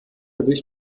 sich